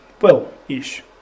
well-ish